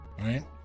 right